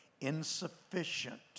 insufficient